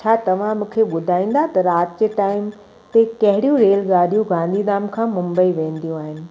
छा तव्हां मूंखे ॿुधाईंदा त राति जे टाइम ते कहिड़ियूं रेलगाॾियूं गांधीधाम खां मुंबई वेंदियूं आहिनि